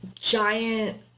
giant